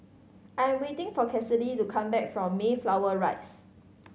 I am waiting for Cassidy to come back from Mayflower Rise